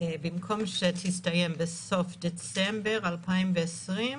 תסתיים בסוף דצמבר 2020,